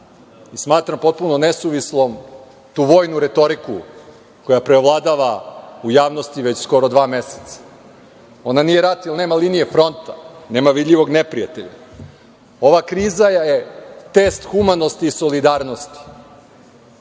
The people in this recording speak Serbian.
Smatram potpuno nesuvislom tu vojnu retoriku koja preovladava u javnosti već skoro dva meseca. Ona nije rat jer nema linije fronta, nema vidljivog neprijatelja. Ova kriza je test humanosti i solidarnosti,